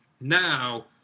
Now